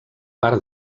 part